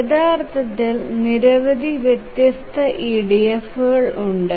യഥാർത്ഥത്തിൽ നിരവധി വ്യത്യസ്താ EDF ഉണ്ട്